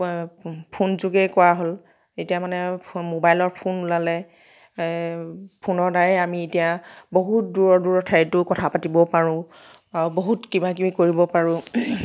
ফোনযোগে কোৱা হ'ল এতিয়া মানে ম'বাইলৰ ফোন ওলালে ফোনৰ দ্বাৰাই আমি এতিয়া বহুত দূৰৰ দূৰৰ ঠাইতো কথা পাতিব পাৰোঁ আৰু বহুত কিবা কিবি কৰিব পাৰোঁ